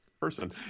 person